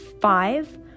five